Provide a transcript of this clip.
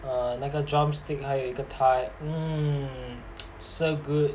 err 那个 drumstick 还有一个 thigh um so good